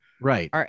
Right